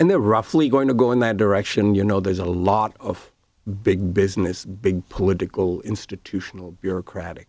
and they're roughly going to go in that direction you know there's a lot of big business big political institutional bureaucratic